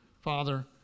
Father